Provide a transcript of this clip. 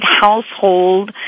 household